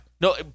No